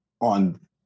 on